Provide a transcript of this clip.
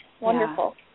Wonderful